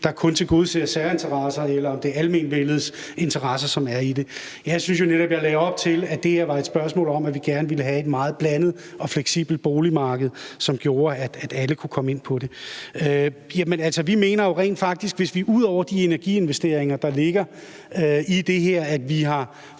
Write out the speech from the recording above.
kun tilgodeser særinteresser, eller om det er almenvellets interesser, som er i det. Jeg synes jo netop, at jeg lagde op til, at det her var et spørgsmål om, at vi gerne ville have et meget blandet og fleksibelt boligmarked, som gjorde, at alle kunne komme ind på det. Vi mener jo rent faktisk, at vi – ud over de energiinvesteringer, som ligger i det her – har